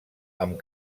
amb